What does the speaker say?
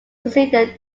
consider